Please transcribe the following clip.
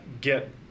get